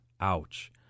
Ouch